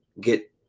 get